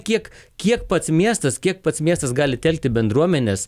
kiek kiek pats miestas kiek pats miestas gali telkti bendruomenes